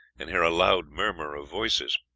and hear a loud murmur of voices.